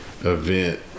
event